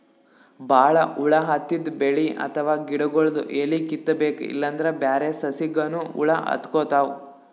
ಭಾಳ್ ಹುಳ ಹತ್ತಿದ್ ಬೆಳಿ ಅಥವಾ ಗಿಡಗೊಳ್ದು ಎಲಿ ಕಿತ್ತಬೇಕ್ ಇಲ್ಲಂದ್ರ ಬ್ಯಾರೆ ಸಸಿಗನೂ ಹುಳ ಹತ್ಕೊತಾವ್